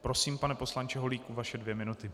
Prosím, pane poslanče Holíku, vaše dvě minuty.